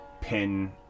pin